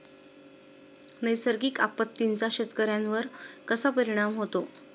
नैसर्गिक आपत्तींचा शेतकऱ्यांवर कसा परिणाम होतो?